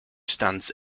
stands